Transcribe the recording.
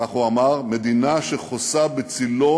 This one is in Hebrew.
כך הוא אמר, מדינה שחוסה בצלו